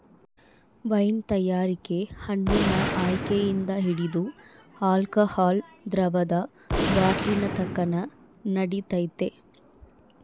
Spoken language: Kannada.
ವೈನ್ ತಯಾರಿಕೆ ಹಣ್ಣಿನ ಆಯ್ಕೆಯಿಂದ ಹಿಡಿದು ಆಲ್ಕೋಹಾಲ್ ದ್ರವದ ಬಾಟ್ಲಿನತಕನ ನಡಿತೈತೆ